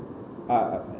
uh